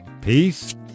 peace